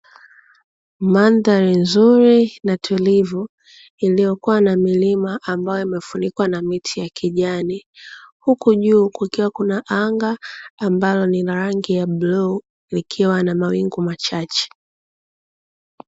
Mandhari nzuri na tulivu, iliyokuwa na milima ambayo imefunikwa na miti ya kijani, huku juu kukiwa na anga ambalo lina rangi ya bluu, likiwa na mawingu machache.